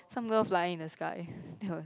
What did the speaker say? some girl flying in the sky